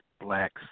blacks